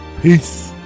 peace